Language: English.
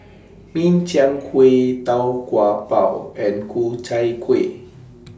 Min Chiang Kueh Tau Kwa Pau and Ku Chai Kueh